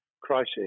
crisis